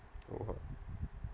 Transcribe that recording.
what